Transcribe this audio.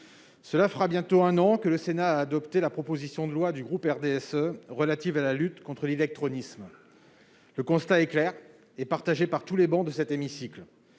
Cela fera bientôt un an que le Sénat a adopté la proposition de loi du groupe RDSE relative à la lutte contre l'électronicien, le constat est clair et partagé par tous les bancs de cet hémicycle,